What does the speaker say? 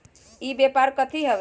ई व्यापार कथी हव?